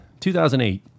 2008